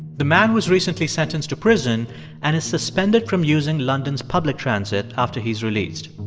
the man was recently sentenced to prison and is suspended from using london's public transit after he's released